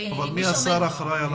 אבל מי השר האחראי?